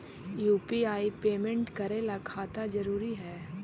UPI payment करे ला खाता जरूरी है?